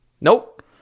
nope